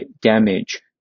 damage